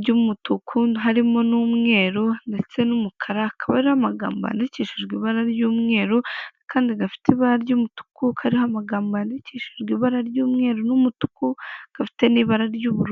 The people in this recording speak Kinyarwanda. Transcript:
ry'umutuku harimo n'umweru ndetse n'umukara, hakaba hariho amagambo yandikishijwe ibara ry'umweru kandi gafite ibara ry'umutuku kariho amagambo yandikishijwe ibara ry'umweru n'umutuku, gafite n'ibara ry'ubururu.